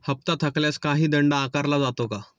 हप्ता थकल्यास काही दंड आकारला जातो का?